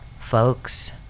folks